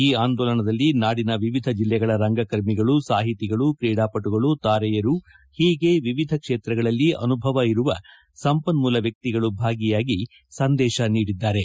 ಈ ಆಂದೋಲನದಲ್ಲಿ ನಾಡಿನ ವಿವಿಧ ಜಿಲ್ಲೆಗಳ ರಂಗಕರ್ಮಿಗಳು ಸಾಹಿತಿಗಳು ಕ್ರೀಡಾಪಟುಗಳು ತಾರೆಯರು ಹೀಗೆ ವಿವಿಧ ಕ್ಷೇತ್ರಗಳಲ್ಲಿ ಅನುಭವ ಇರುವ ಸಂಪನ್ಮೂಲ ವ್ಯಕ್ತಿಗಳು ಭಾಗಿಯಾಗಿ ಸಂದೇಶ ನೀಡಿದ್ದಾರೆ